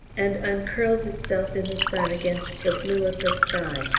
and uncurls itself in the sun against the blue of the sky.